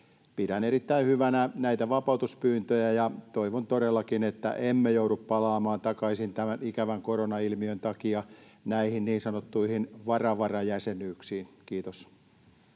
Pidän erittäin hyvänä näitä vapautuspyyntöjä, ja toivon todellakin, että emme joudu palaamaan takaisin tämän ikävän koronailmiön takia näihin niin sanottuihin vara-varajäsenyyksiin. — Kiitos.